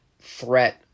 threat